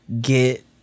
get